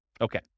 Okay